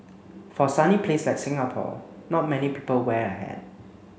for a sunny place like Singapore not many people wear a hat